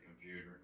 computer